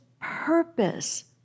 purpose